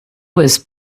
was